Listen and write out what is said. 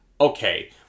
okay